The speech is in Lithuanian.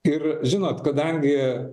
ir žinot kadangi